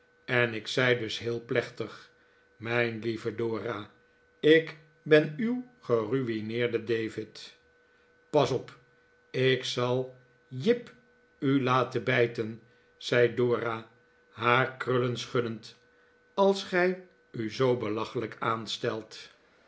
en ik zei dus heel plechtig mijn lieve dora ik ben uw geru'ineerde david pas op ik zal jip u laten bijten zei dora haar krullen schuddend als gij u zoo belachelijk aanstelt